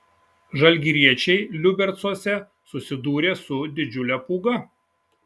žalgiriečiai liubercuose susidūrė su didžiule pūga